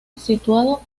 situado